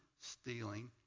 stealing